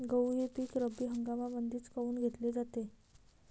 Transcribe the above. गहू हे पिक रब्बी हंगामामंदीच काऊन घेतले जाते?